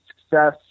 success